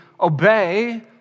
obey